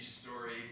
story